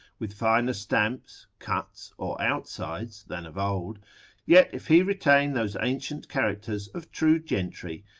with finer stamps, cuts, or outsides than of old yet if he retain those ancient characters of true gentry,